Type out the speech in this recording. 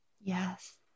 Yes